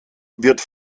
wird